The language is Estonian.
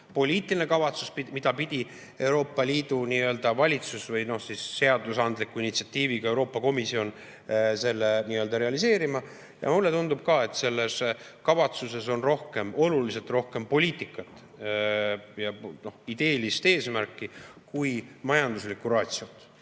poliitiline kavatsus, mille pidi Euroopa Liidu nii‑öelda valitsus või seadusandliku initsiatiiviga Euroopa Komisjon realiseerima. Mulle tundub ka, et selles kavatsuses on oluliselt rohkem poliitikat ja ideelist eesmärki kui majanduslikkuratio't.